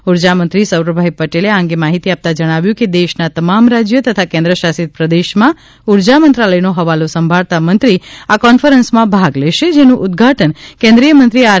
ઊર્જામંત્રી સૌરભભાઈ પટેલે આ અંગે માહિતી આપતા જણાવ્યું છે કે દેશના તમામ રાજ્ય તથા કેન્દ્રશાસિત પ્રદેશમાં ઊર્જા મંત્રાલયનો હવાલો સંભાળતા મંત્રી આ કોન્ફરન્સમાં ભાગ લેશે જેનું ઊદઘાટન કેન્દ્રીયમંત્રી આર